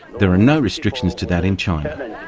there are no restrictions to that in china.